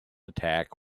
attack